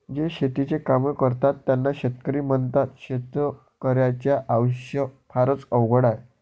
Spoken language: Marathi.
जे शेतीचे काम करतात त्यांना शेतकरी म्हणतात, शेतकर्याच्या आयुष्य फारच अवघड आहे